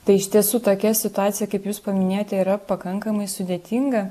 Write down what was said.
tai iš tiesų tokia situacija kaip jūs paminėjote yra pakankamai sudėtinga